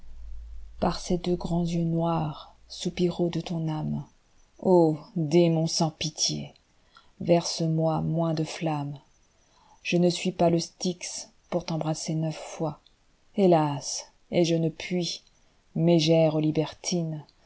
par ces deux grands yeux noirs soupiraux de ton âme démon sans pitié verse-moi moins de flamme je ne suis pas le styx pour t'embrasser neuf fois hélasi et je ne puis mégère libertine